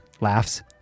laughs